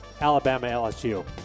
Alabama-LSU